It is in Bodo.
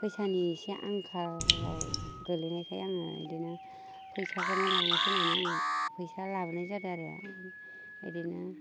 फैसानि एसे आंखालाव गोलैनायखाय आङो बिदिनो फैसाखौनो लानोसै होननानै आङो फैसा लाबोनाय जादों आरो बिदिनो